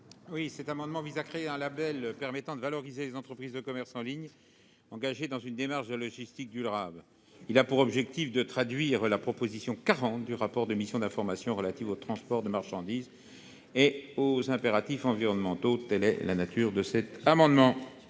Cet amendement vise à créer un label permettant de valoriser les entreprises de commerce en ligne engagées dans une démarche de logistique durable. Il s'agit de traduire la proposition n° 40 du rapport de la mission d'information relative au transport de marchandises et aux impératifs environnementaux. Quel est l'avis de la commission